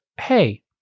hey